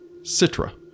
Citra